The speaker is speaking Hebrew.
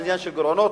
עניין של גירעונות,